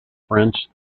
french